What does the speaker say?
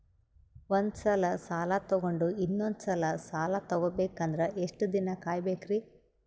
ಒಂದ್ಸಲ ಸಾಲ ತಗೊಂಡು ಇನ್ನೊಂದ್ ಸಲ ಸಾಲ ತಗೊಬೇಕಂದ್ರೆ ಎಷ್ಟ್ ದಿನ ಕಾಯ್ಬೇಕ್ರಿ?